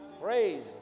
Praise